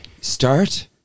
start